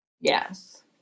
Yes